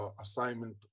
assignment